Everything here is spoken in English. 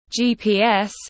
GPS